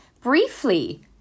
briefly